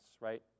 right